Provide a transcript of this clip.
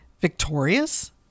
Victorious